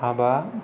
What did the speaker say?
हाबा